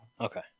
Okay